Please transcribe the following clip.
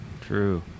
True